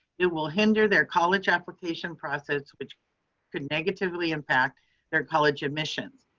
it will hinder their college application process, which could negatively impact their college admissions.